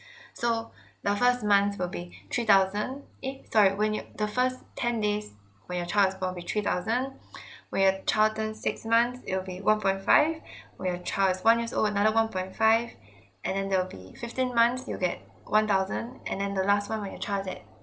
so the first months will be three thousand eh sorry when you the first ten days when your child is born will be three thousand when your child turns six months it'll be one point five when your child is one years old another one point five and then there will be fifteen months you'll get one thousand and then the last one when your child is at